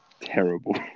terrible